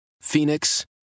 Phoenix